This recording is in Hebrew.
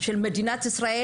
של מדינת ישראל.